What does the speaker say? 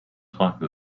type